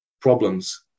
problems